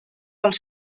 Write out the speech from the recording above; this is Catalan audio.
els